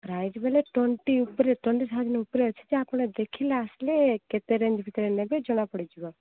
price ବୋଲେ twenty ଉପରେ twenty ଉପରେ ଅଛି ଯେ ଆପଣ ଦେଖିଲେ ଆସିଲେ କେତେ ରେଞ୍ଜ ଭିତରେ ନେବେ ଜଣା ପଡ଼ିଯିବ